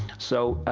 so,